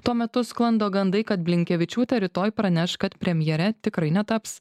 tuo metu sklando gandai kad blinkevičiūtė rytoj praneš kad premjere tikrai netaps